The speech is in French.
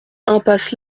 impasse